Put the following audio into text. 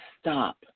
stop